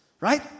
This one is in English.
Right